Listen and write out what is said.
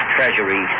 Treasury